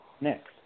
next